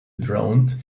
droned